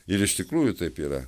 ir iš tikrųjų taip yra